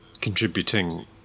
contributing